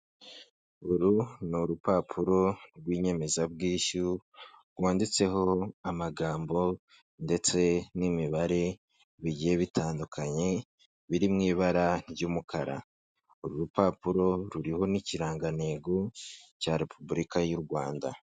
Uru ni urupapuro rw'inyemezabwishyu rwanditseho amagambo ndetse n'imibare bigiye bitandukanye biri mu ibara ry'umukara, uru rupapuro ruriho n'ikirangantego cya Repubulika y'u Rwanda.